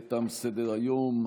תם סדר-היום.